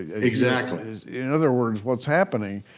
exactly. in other words what's happening